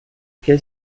qu’est